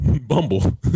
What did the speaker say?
Bumble